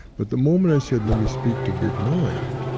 but the moment i said, let me speak to big mind,